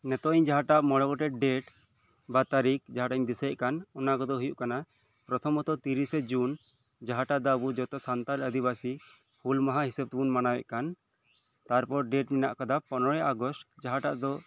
ᱱᱤᱛᱚᱜ ᱤᱧ ᱡᱟᱦᱟᱸᱴᱟᱜ ᱢᱚᱬᱮ ᱜᱚᱴᱮᱡ ᱰᱮᱴ ᱵᱟ ᱛᱟᱨᱤᱠᱷ ᱡᱟᱦᱟᱸᱴᱟᱜ ᱤᱧ ᱰᱤᱥᱟᱹᱭᱮᱜ ᱠᱟᱱ ᱚᱱᱟ ᱠᱚᱫᱚ ᱦᱩᱭᱩᱜ ᱠᱟᱱᱟ ᱯᱨᱚᱛᱷᱚᱢᱚᱛᱚ ᱛᱤᱨᱤᱥᱮ ᱡᱩᱱ ᱡᱟᱦᱟᱸᱴᱟᱜ ᱫᱚ ᱟᱵᱚ ᱡᱚᱛᱚ ᱥᱟᱱᱛᱟᱞ ᱟᱫᱤᱵᱟᱥᱤ ᱦᱩᱞ ᱢᱟᱦᱟ ᱦᱤᱥᱟᱹᱵᱽ ᱛᱮᱵᱚᱱ ᱢᱟᱱᱟᱣᱮᱫ ᱠᱟᱱ ᱛᱟᱨᱯᱚᱨ ᱰᱮᱴ ᱢᱮᱱᱟᱜ ᱠᱟᱫᱟ ᱯᱚᱱᱨᱚᱭ ᱟᱜᱚᱥᱴ ᱡᱟᱦᱟᱸᱴᱟᱜ ᱫᱚ